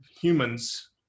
humans